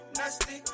nasty